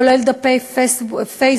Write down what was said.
כולל דפי פייסבוק,